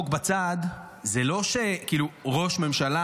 אבל, צחוק בצד, זה לא שכאילו ראש ממשלה,